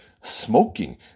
smoking